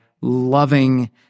loving